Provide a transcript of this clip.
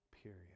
period